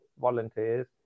volunteers